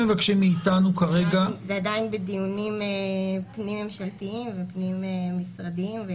זה עדיין בדיונים פנים-ממשלתיים ופנים-משרדיים.